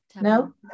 No